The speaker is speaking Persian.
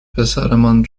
پسرمان